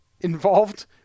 involved